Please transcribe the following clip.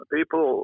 People